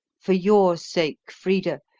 for your sake, frida,